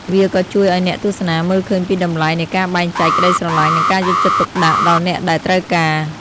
វាក៏ជួយឲ្យអ្នកទស្សនាមើលឃើញពីតម្លៃនៃការបែងចែកក្ដីស្រឡាញ់ និងការយកចិត្តទុកដាក់ដល់អ្នកដែលត្រូវការ។